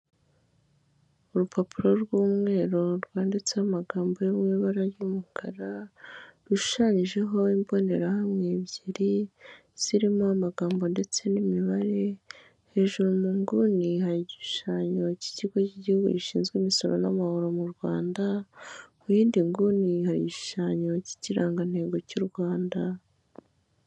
Urupapuro rw'umweru rwanditseho amagambo yo mu ibara ry'umukara rushushanyijeho imbonerahamwe ebyiri zirimo amagambo ndetse n'imibare hejuru munguni hari igishushanyo cy'ikigo cy'igihugu gishinzwe imisoro n'amahoro mu Rwanda ku yindi nguni hari igishushanyo cy'ikirangantego cy'u Rwanda.